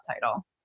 title